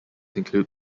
include